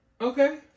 Okay